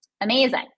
Amazing